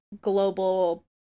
global